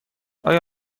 آیا